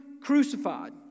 crucified